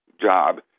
job